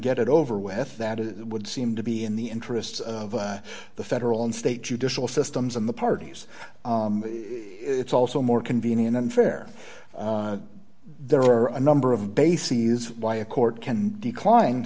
get it over with that it would seem to be in the interests of the federal and state judicial systems and the parties it's also more convenient unfair there are a number of bases why a court can decline